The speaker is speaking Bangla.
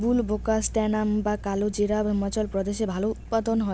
বুলবোকাস্ট্যানাম বা কালোজিরা হিমাচল প্রদেশে ভালো উৎপাদন হয়